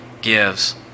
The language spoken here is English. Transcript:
gives